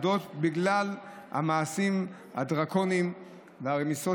הוועדות בגלל המעשים הדרקוניים והרמיסות